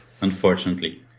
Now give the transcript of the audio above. Unfortunately